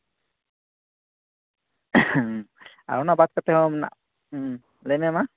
ᱟᱨ ᱚᱱᱟ ᱵᱟᱫᱽ ᱠᱟᱛᱮ ᱦᱚᱸ ᱢᱮᱱᱟᱜᱼᱟ ᱦᱩᱸ ᱞᱟᱹᱭ ᱢᱮ ᱢᱟ